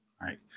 Right